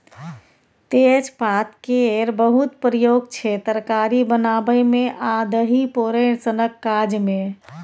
तेजपात केर बहुत प्रयोग छै तरकारी बनाबै मे आ दही पोरय सनक काज मे